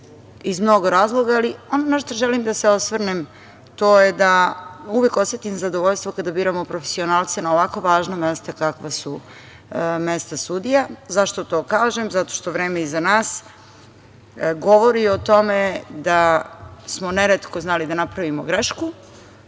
iz mnogo razloga, ali ono na šta želim da se osvrnem, to je da uvek osetim zadovoljstvo kada biramo profesionalce na ovako važna mesta kakva su mesta sudija. Zašto to kažem? Zato što vreme iza nas govori o tome da smo neretko znali da napravimo grešku,